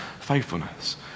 faithfulness